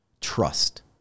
trust